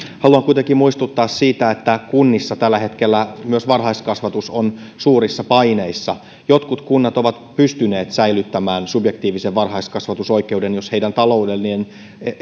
haluan kuitenkin muistuttaa siitä että kunnissa tällä hetkellä myös varhaiskasvatus on suurissa paineissa jotkut kunnat ovat pystyneet säilyttämään subjektiivisen varhaiskasvatusoikeuden jos heidän taloudellinen